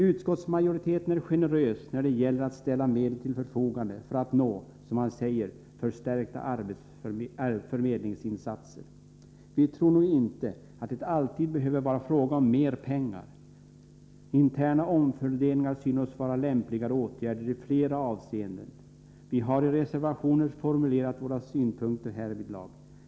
Utskottsmajoriteten är generös när det gäller att ställa medel till förfogande för att nå, som man säger, förstärkta förmedlingsinsatser. Vi tror nog inte att det alltid behöver vara fråga om mer pengar. Interna omfördelningar synes oss vara lämpligare åtgärder i flera avseenden. Vi har i reservationer formulerat våra synpunkter härvidlag.